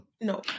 No